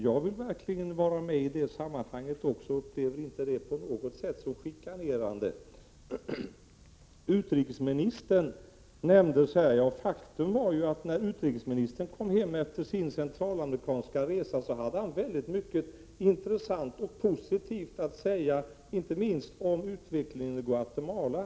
Jag vill verkligen också vara med i det sammanhanget och upplever det inte som chikanerande på något sätt. Utrikesministern nämndes här. Ja, faktum är att när utrikesministern kom hem efter sin centralamerikanska resa hade han mycket intressant och positivt att säga, inte minst om utvecklingen i Guatemala.